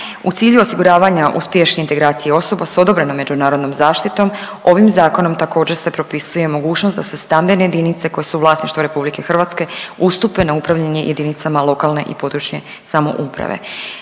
U cilju osiguravanja uspješnije integracije osoba s odobrenom međunarodnom zaštitom ovim zakonom također se propisuje mogućnost da se stambene jedinice koje su vlasništvo RH ustupe na upravljanje JLPS. Naravno uključivanjem